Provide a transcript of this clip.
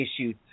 issues